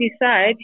decide